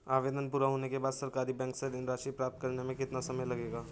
आवेदन पूरा होने के बाद सरकारी बैंक से ऋण राशि प्राप्त करने में कितना समय लगेगा?